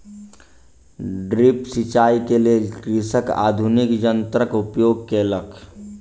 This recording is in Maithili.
ड्रिप सिचाई के लेल कृषक आधुनिक यंत्रक उपयोग केलक